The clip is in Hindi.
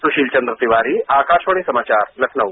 सुशील चन्द्र तिवारी आकाशवाणी समाचार लखनऊ